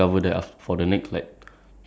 then then I started to like